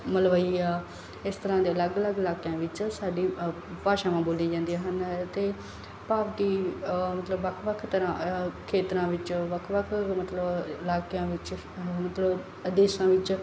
ਮਲਵਈ ਆ ਇਸ ਤਰ੍ਹਾਂ ਦੇ ਅਲੱਗ ਅਲੱਗ ਇਲਾਕਿਆਂ ਵਿੱਚ ਸਾਡੀ ਭਾਸ਼ਾਵਾਂ ਬੋਲੀਆਂ ਜਾਂਦੀਆਂ ਹਨ ਅਤੇ ਭਾਵ ਕਿ ਮਤਲਬ ਵੱਖ ਵੱਖ ਤਰ੍ਹਾਂ ਖੇਤਰਾਂ ਵਿੱਚ ਵੱਖ ਵੱਖ ਮਤਲਬ ਇਲਾਕਿਆਂ ਵਿੱਚ ਮਤਲਵ ਅ ਦੇਸ਼ਾਂ ਵਿੱਚ